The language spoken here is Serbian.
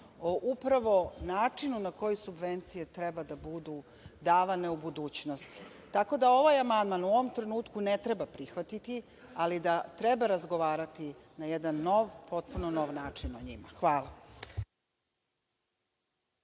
o načinu na koje subvencije treba da budu davane u budućnosti. Ovaj amandman u ovom trenutku ne treba prihvatiti, ali treba razgovarati na jedan nov, potpuno nov način o njima. Hvala.